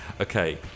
Okay